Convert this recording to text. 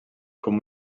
com